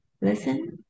listen